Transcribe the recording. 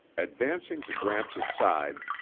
advancing to gramps' side,